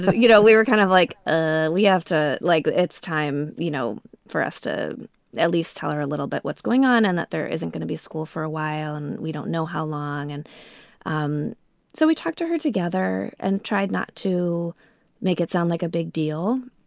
but you know, we were kind of like, ah we have to like, it's time, you know, for us to at least tell her a little bit what's going on and that there isn't gonna be school for a while and we don't know how long. and um so we talked to her together and tried not to make it sound like a big deal.